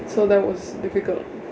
so that was difficult